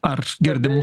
ar girdi mus